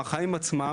מהחיים עצמם,